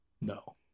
No